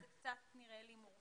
זה קצת נראה לי מורכב.